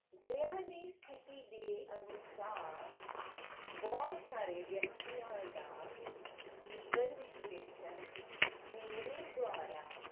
ਗ੍ਰਹਿਆਂ ਦੀ ਸਥਿਤੀ ਦੇ ਅਨੁਸਾਰ ਬਹੁਤ ਸਾਰੇ ਵਿਅਕਤੀਆਂ ਦਾ ਜੀਵਨ ਵਿਸ਼ਲੇਸ਼ਣ ਮੇਰੇ ਦੁਆਰਾ